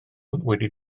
wedi